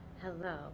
hello